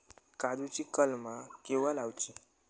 काजुची कलमा केव्हा लावची?